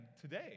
today